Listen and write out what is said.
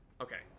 Okay